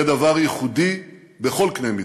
זה דבר ייחודי בכל קנה מידה,